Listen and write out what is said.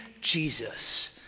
Jesus